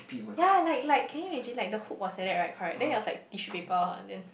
ya like like can you imagine the hook was like that right correct then there was like tissue paper then